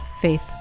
faith